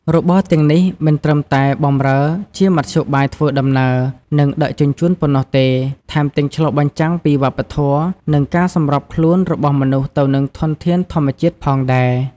របរទាំងនេះមិនត្រឹមតែបម្រើជាមធ្យោបាយធ្វើដំណើរ និងដឹកជញ្ជូនប៉ុណ្ណោះទេ ថែមទាំងឆ្លុះបញ្ចាំងពីវប្បធម៌ និងការសម្របខ្លួនរបស់មនុស្សទៅនឹងធនធានធម្មជាតិផងដែរ។